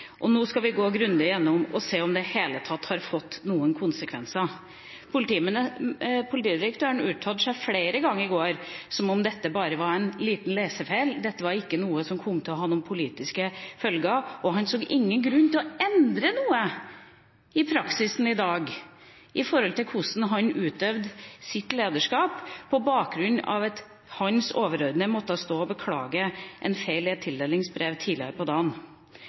har fått noen konsekvenser.» Politidirektøren uttalte seg flere ganger i går som om dette bare var en liten lesefeil, dette var ikke noe som kom til å ha noen politiske følger, og han så ingen grunn til å endre noe i praksisen i dag med hensyn til hvordan han utøvde sitt lederskap, på bakgrunn av at hans overordnede måtte stå og beklage en feil i forbindelse med et tildelingsbrev tidligere på dagen.